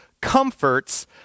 comforts